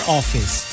office